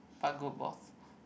but good boss